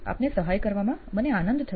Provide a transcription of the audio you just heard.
આપને સહાય કરવામાં મને આનંદ થશે